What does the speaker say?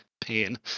pain